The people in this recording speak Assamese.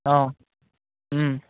অঁ